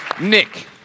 Nick